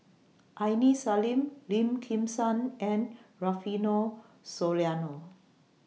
Aini Salim Lim Kim San and Rufino Soliano